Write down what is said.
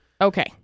Okay